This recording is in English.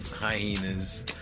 hyenas